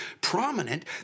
prominent